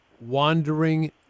wandering